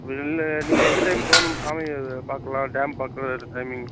இல்லை நீங்கள் எந்த டைம் போனால் நம்ம சாமி பார்க்கலாம் டேம் பார்க்கலாம் அதோட டைமிங்